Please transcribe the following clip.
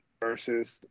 versus